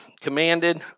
commanded